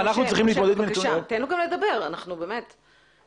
תגידו לנו כמה קיצרתם בזמנים, איך עשיתם מסלולים.